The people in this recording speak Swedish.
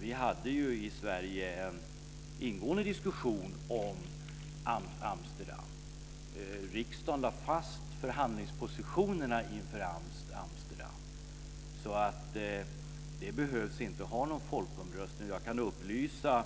Vi hade ju en ingående diskussion om Amsterdam i Sverige. Riksdagen lade fast förhandlingspositionerna inför Amsterdam. Så det behövs ingen folkomröstning. Jag kan också upplysa